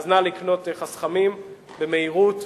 נא לקנות חסכמים במהירות.